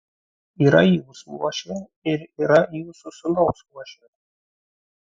yra jūsų uošvė ir yra jūsų sūnaus uošvė